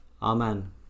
Amen